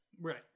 Right